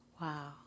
Wow